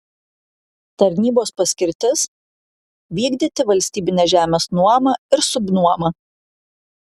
tarnybos paskirtis vykdyti valstybinės žemės nuomą ir subnuomą